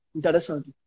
interessante